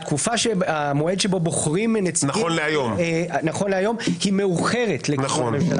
המועד שבו בוחרים נציגים נכון להיום היא מאוחרת לגבי הממשלה.